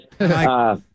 Hi